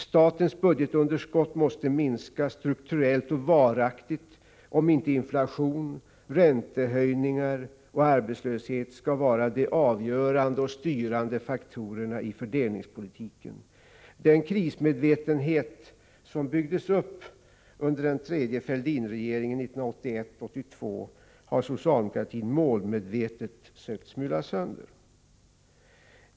Statens budgetunderskott måste minskas, strukturellt och varaktigt, om inte inflation, räntehöjningar och arbetslöshet skall vara de avgörande och styrande faktorerna i fördelningspolitiken. Den krismedvetenhet som byggdes upp under den tredje Fälldinregeringen 1981-1982 har socialdemokratin målmedvetet sökt smula sönder.